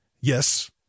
Yes